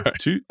Two